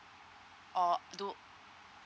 or do